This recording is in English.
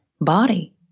body